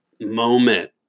moment